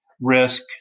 risk